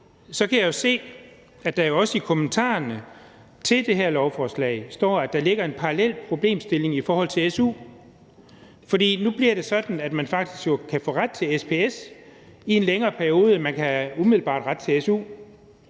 det kan jeg se, at der jo også i kommentarerne til det her lovforslag står, at der ligger en parallel problemstilling i forhold til su, for nu bliver det sådan, at man faktisk kan få ret til SPS i en længere periode, end man umiddelbart har ret til su.